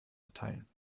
erteilen